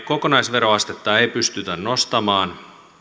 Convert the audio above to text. kokonaisveroastetta ei pystytä nostamaan